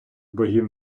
богів